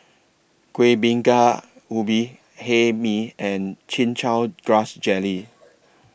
Kueh Bingka Ubi Hae Mee and Chin Chow Grass Jelly